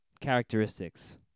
Characteristics